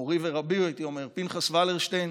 מורי ורבי, הייתי אומר, פנחס ולרשטיין,